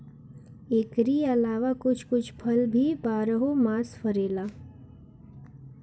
एकरी अलावा कुछ कुछ फल भी बारहो मास फरेला